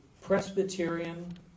Presbyterian